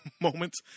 moments